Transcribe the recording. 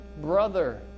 brother